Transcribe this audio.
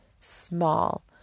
small